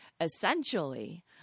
essentially